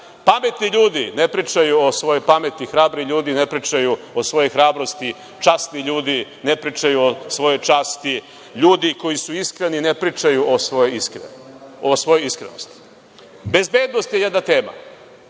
način. Pametni ljudi ne pričaju o svojoj pameti, hrabri ljudi ne pričaju o svojoj hrabrosti, časni ljudi ne pričaju o svojoj časti, ljudi koji su iskreni ne pričaju o svojoj iskrenosti. Bezbednost je jedna tema